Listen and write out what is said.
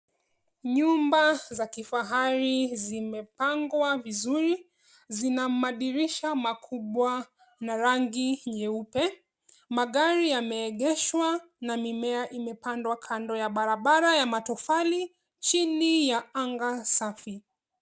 Nyumba za kifahari zimepangwa vizuri zina madirisha makubwa na rangi nyeupe, magari yameegeshwa na mimea imepandwa kando ya barabara ya matofali chini ya anga safi.